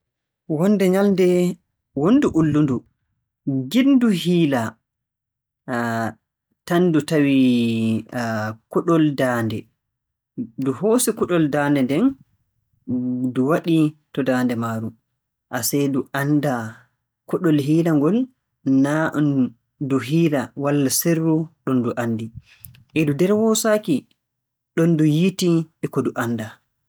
Wonnde nyalnde wonndu ullundu ngiɗdu hiila, tan ndu tawi kuɗol daande. Ndu hoosi kuɗol daande nden, ndu waɗi to daande maaru. Asee ndu anndaa kuɗol hiila ngol naa ɗum- ndu hiila walla sirru, ɗum ndu anndi. E ndu nder woosaaki ɗon ndu yi'iti e ko ndu anndaa.